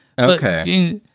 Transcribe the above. Okay